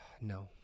No